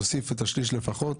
הוסיפו את השליש לפחות,